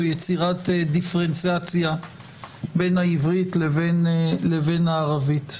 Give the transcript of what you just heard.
או יצירת דיפרנציאציה בין העברית לבין הערבית.